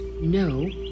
no